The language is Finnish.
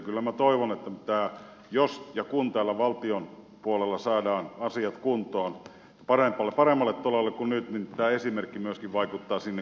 kyllä minä toivon että jos ja kun täällä valtion puolella saadaan asiat kuntoon paremmalle tolalle kuin nyt niin tämä esimerkki myöskin vaikuttaa sinne kuntiin